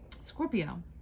Scorpio